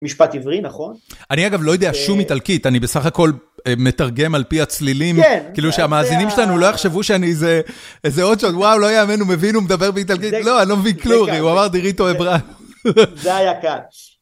משפט עברי, נכון? אני אגב לא יודע שום איטלקית, אני בסך הכל מתרגם על פי הצלילים. כן. כאילו שהמאזינים שלנו לא יחשבו שאני איזה... איזה עוד שואל, וואו, לא יאמן, הוא מבין, הוא מדבר באיטלקית. לא, אני לא מבין כלום, הוא אמר, DIRITTO EBRA. זה היה קאץ'.